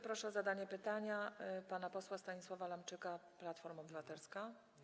Proszę o zadanie pytania pana posła Stanisława Lamczyka, Platforma Obywatelska.